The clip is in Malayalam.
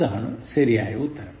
ഇതാണ് ശരിയായ ഉത്തരം